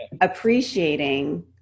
appreciating